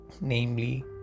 namely